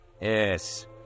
Yes